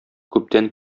күптән